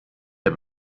der